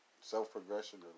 self-progression